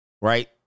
Right